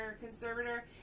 conservator